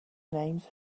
names